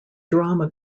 drama